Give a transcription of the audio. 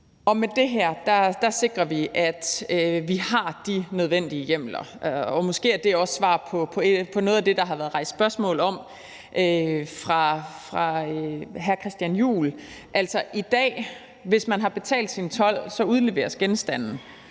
og med det her sikrer vi, at vi har de nødvendige hjemler. Og måske er det også svar på noget af det, der har været rejst spørgsmål om fra hr. Christian Juhls side. Altså, det er sådan i dag, at hvis man har betalt sin told, udleveres genstanden,